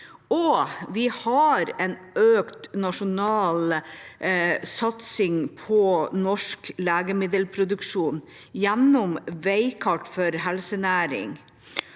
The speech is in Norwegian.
vi har en økt nasjonal satsing på norsk legemiddelproduksjon gjennom Veikart Helsenæring.